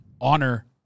honor